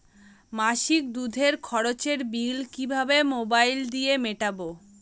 মাসিক দুধের খরচের বিল কিভাবে মোবাইল দিয়ে মেটাব?